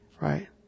right